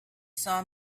saw